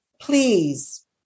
please